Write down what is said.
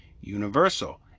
Universal